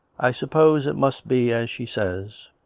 i suppose it must be as she says.